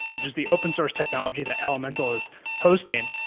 which is the open source technology that elementl is hosting,